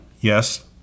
yes